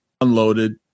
unloaded